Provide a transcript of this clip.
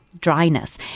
dryness